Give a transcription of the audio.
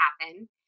happen